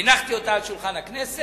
הנחתי אותה על שולחן הכנסת,